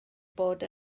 bod